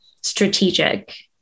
strategic